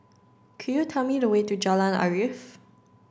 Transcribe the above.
could you tell me the way to Jalan Arif